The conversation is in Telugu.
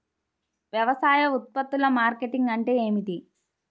వ్యవసాయ ఉత్పత్తుల మార్కెటింగ్ అంటే ఏమిటి?